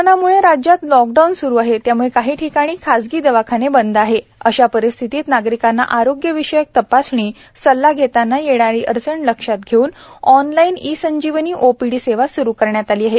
कोरोनामुळे राज्यात लॉकडाऊन सुरू आहे त्यामुळे काही ठिकाणी खासगी दवाखाने बंद आहेत अशा परिस्थितीत नागरिकांना आरोग्य विषयक तपासणी सल्ला घेताना येणारी अडचण लक्षात घेऊन ऑनलाईन ई संजीवनी ओपीडी सेवा स्रू करण्यात आली आहे